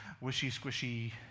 wishy-squishy